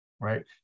right